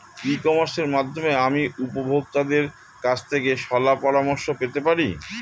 ই কমার্সের মাধ্যমে আমি উপভোগতাদের কাছ থেকে শলাপরামর্শ পেতে পারি?